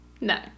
no